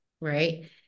right